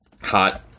Hot